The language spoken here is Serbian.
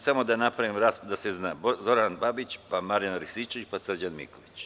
Samo da napravim raspored da se zna: Zoran Babić, Marijan Rističević i Srđan Miković.